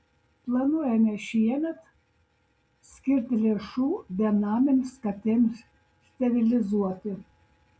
planuojame šiemet skirti lėšų benamėms katėms sterilizuoti